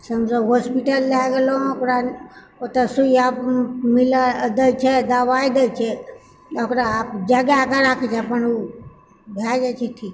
हम जब हॉस्पिटल लए गेलहुँ ओकरा ओतऽ सुइया मिलए दए छै दवाइ दए छै ओकरा जगाए कऽ राखैत छै अपन ओ भए जाइ छै ठीक